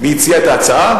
מי הציע את ההצעה?